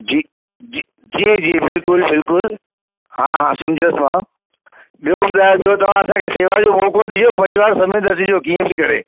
जी जी जी जी बिल्कुलु बिल्कुलु हा हा सम्झुसि मां ॿियो ॿुधायो ॿियो तव्हां असांखे सेवा जो मौको ॾिंजो परिवारु सहित अचिजो कीअं बि करे